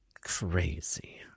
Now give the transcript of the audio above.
crazy